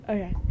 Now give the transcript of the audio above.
Okay